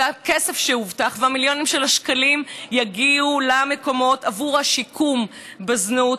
ושהכסף שהובטח והמיליונים של השקלים יגיעו למקומות עבור השיקום בזנות,